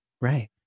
right